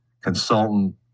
consultant